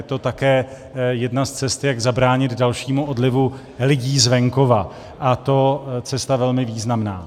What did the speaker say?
Je to také jedna z cest, jak zabránit dalšímu odlivu lidí z venkova, a to cesta velmi významná.